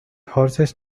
horses